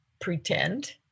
pretend